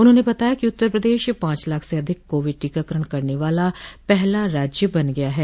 उन्होंने बताया कि उत्तर प्रदेश पांच लाख से अधिक कोविड टीकाकरण करने वाला पहला राज्य बन गया है